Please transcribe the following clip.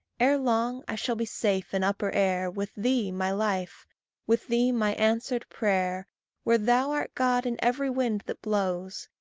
ere long i shall be safe in upper air, with thee, my life with thee, my answered prayer where thou art god in every wind that blows,